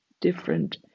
different